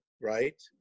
right